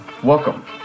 Welcome